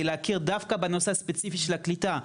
להכיר דווקא בנושא הספציפי של הקליטה,